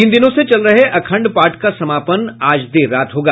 तीन दिनों से चल रहे अखंड पाठ का समापन देर रात होगा